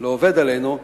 לא עובד עלינו,